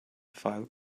file